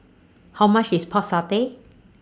How much IS Pork Satay